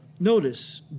Notice